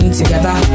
together